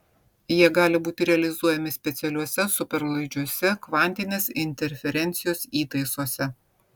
jie gali būti realizuojami specialiuose superlaidžiuose kvantinės interferencijos įtaisuose